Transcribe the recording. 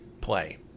play